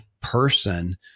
person